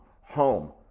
home